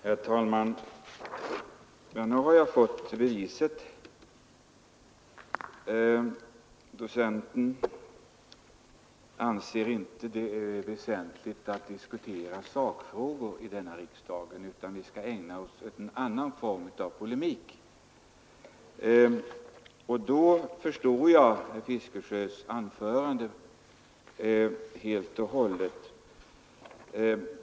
Herr talman! Nu har jag fått beviset. Docenten anser inte att det är väsentligt att diskutera sakfrågor i riksdagen utan att vi skall ägna oss åt en annan form av polemik. Då förstår jag herr Fiskesjös anförande helt och hållet.